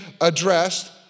addressed